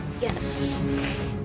Yes